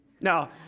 No